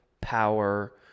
power